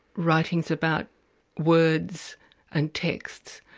writing's about words and texts.